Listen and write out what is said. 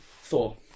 Thor